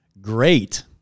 great